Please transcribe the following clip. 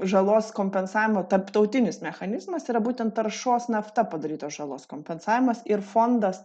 žalos kompensavimo tarptautinis mechanizmas yra būtent taršos nafta padarytos žalos kompensavimas ir fondas